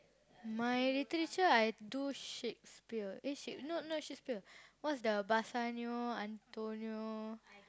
my literature I do Shakespeare eh Shake not not Shakespeare what's the Bassanio Antonio